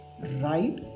right